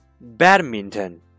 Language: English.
badminton